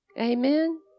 Amen